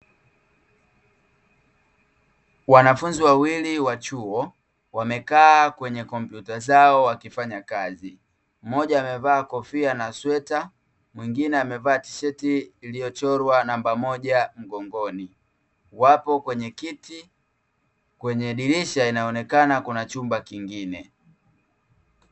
Wanafunzi wawili wa chuo , wamekaa kwenye kompyuta zao wakifanya kazi, mmoja amevaa kofia na sweta, mwingine amevaa tisheti iliyochorwa namba moja mgongoni, wapo kwenye kiti, kwenye dirisha inaonekana kuna chumba kingine.